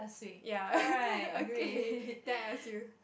ya okay then I ask you